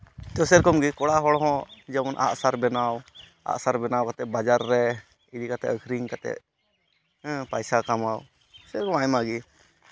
ᱥᱮᱭ ᱨᱚᱠᱚᱢ ᱜᱮ ᱠᱚᱲᱟ ᱦᱚᱲ ᱦᱚᱸ ᱡᱮᱢᱚᱱ ᱟᱜᱼᱥᱟᱨ ᱵᱮᱱᱟᱣ ᱟᱜᱼᱥᱟᱨ ᱵᱮᱱᱟᱣ ᱠᱟᱛᱮᱫ ᱵᱟᱡᱟᱨ ᱨᱮ ᱤᱫᱤ ᱠᱟᱛᱮᱫ ᱟᱹᱠᱷᱨᱤᱧ ᱠᱟᱛᱮᱫ ᱯᱚᱭᱥᱟ ᱠᱟᱢᱟᱣ ᱥᱮ ᱟᱭᱢᱟᱜᱮ